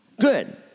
Good